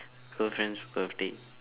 girlfriend's birthday